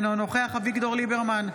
אינו נוכח אביגדור ליברמן,